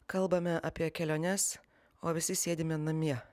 kalbame apie keliones o visi sėdime namie